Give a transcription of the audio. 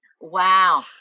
wow